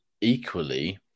Equally